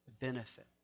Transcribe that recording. benefit